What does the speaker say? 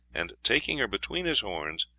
and, taking her between his horns,